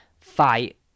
fight